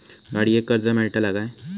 गाडयेक कर्ज मेलतला काय?